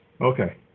Okay